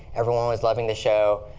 everyone was loving the show,